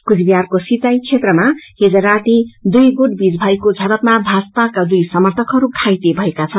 कुचबिहारको सिताई क्षेत्रमा हिज राती दुई गुटहरूबीच भएको झड़पमा भाजपाका दुई समर्थकहरू घाइते भएका छन्